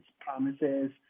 promises